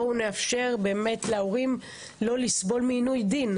בואו נאפשר באמת להורים לא לסבול מעינוי דין.